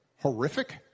horrific